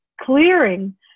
clearing